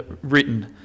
written